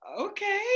okay